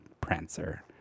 Prancer